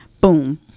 boom